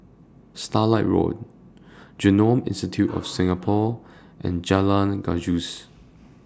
Starlight Road Genome Institute of Singapore and Jalan Gajus